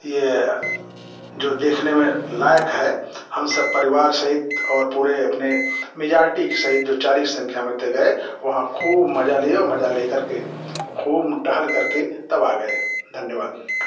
ये जो देखने में लयाक है हम सब परिवार सहित और पूरे अपने मेजॉरिटी सहित जो चालीस की संख्या में थे गए और वहाँ खूब मजा लिया और मजा ले करके घूम टहल करके तब आ गए धन्यवाद